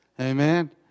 Amen